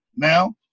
Now